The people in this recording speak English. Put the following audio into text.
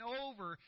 over